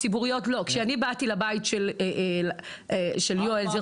כשאני באתי לבית של יואל ז"ל,